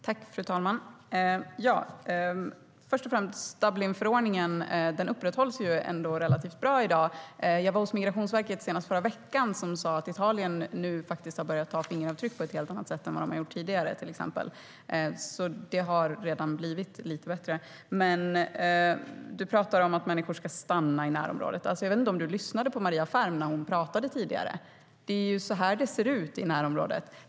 Fru talman! Först och främst upprätthålls Dublinförordningen relativt bra i dag. Jag var hos Migrationsverket senast förra veckan, och de sa att Italien nu har börjat ta fingeravtryck på ett helt annat sätt än vad de har gjort tidigare, till exempel. Det har redan blivit lite bättre. Markus Wiechel pratar om att människor ska stanna i närområdet. Jag vet inte om han lyssnade på Maria Ferm när hon talade tidigare. Det är ju så det ser ut i närområdet.